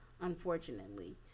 unfortunately